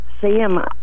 Sam